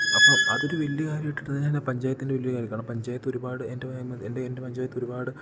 അപ്പം അതൊരു വലിയ കാര്യമായിട്ടാണ് ഞാൻ ആ പഞ്ചായത്തിൻ്റെ വലിയ ഒരു കാര്യമാണ് കാരണം പഞ്ചായത്ത് ഒരുപാട് എൻ്റെ എൻ്റെ പഞ്ചായത്ത് ഒരുപാട്